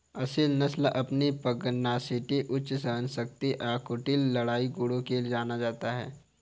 असील नस्ल अपनी पगनासिटी उच्च सहनशक्ति और कुटिल लड़ाई गुणों के लिए जाना जाता है